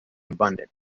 abundant